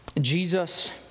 Jesus